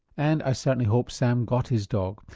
and i certainly hope sam got his dog.